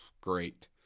Great